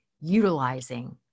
utilizing